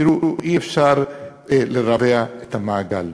תראו, אי-אפשר לרבע את המעגל.